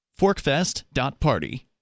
Forkfest.party